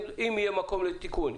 אם יהיה מקום לתיקון,